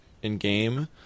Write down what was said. In-game